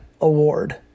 Award